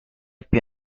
più